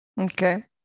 Okay